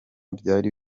byari